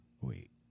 Wait